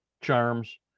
charms